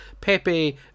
Pepe